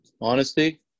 Honesty